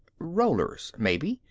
rollers, maybe.